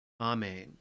Amen